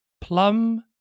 Plum